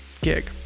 gig